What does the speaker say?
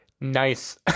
nice